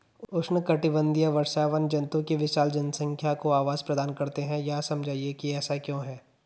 उष्णकटिबंधीय वर्षावन जंतुओं की विशाल जनसंख्या को आवास प्रदान करते हैं यह समझाइए कि ऐसा क्यों है?